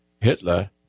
Hitler